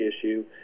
issue